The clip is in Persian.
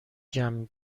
جمع